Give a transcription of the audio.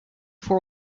voor